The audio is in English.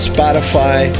Spotify